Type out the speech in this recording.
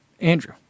Andrew